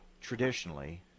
traditionally